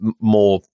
more –